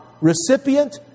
recipient